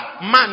man